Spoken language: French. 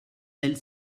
elle